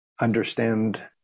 understand